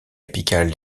apical